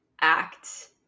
act